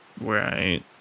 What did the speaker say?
right